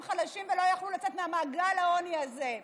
חלשים ולא יכלו לצאת ממעגל העוני הזה.